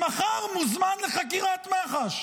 שמחר מוזמן לחקירת מח"ש